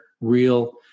real